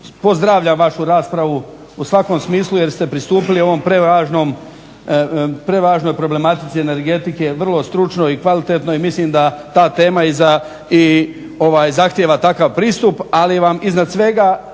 pozdravljam vašu raspravu u svakom smislu jer ste pristupili ovoj prevažnoj problematici energetike vrlo stručno i kvalitetno i mislim da ta tema i zahtjeva takav pristup, ali vam iznad svega